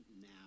now